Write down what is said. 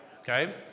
Okay